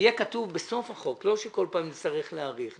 יהיה כתוב בסוף החוק ולא שכל פעם נצטרך להאריך אותו.